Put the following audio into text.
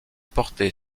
portée